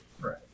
Right